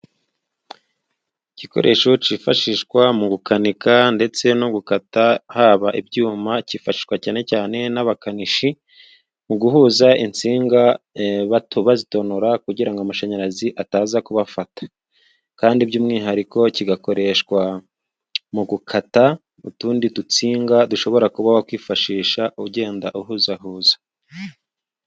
Igikoresho cyifashishwa mu gukanika, ndetse no gukata haba ibyuma, cyifashishwa cyane cyane n'abakanishi, mu guhuza insingato batonora, kugira ngo amashanyarazi ataza kubafata, kandi by'umwihariko kigakoreshwa mu gukata utundi dutsinga, dushobora kuba wakifashisha ugenda uhuzahuza.